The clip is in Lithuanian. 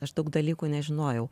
aš daug dalykų nežinojau